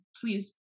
please